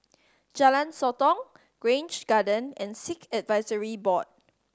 Jalan Sotong Grange Garden and Sikh Advisory Board